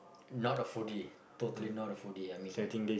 not a foodie totally not a foodie I mean